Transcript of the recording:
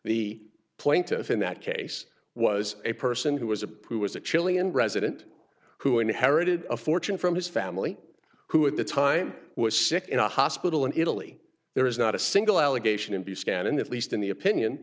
the plaintiff in that case was a person who was a poor was a chilean resident who inherited a fortune from his family who at the time was sick in a hospital in italy there is not a single allegation to be scanned in the least in the opinion